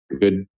good